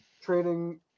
trading